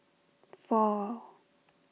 four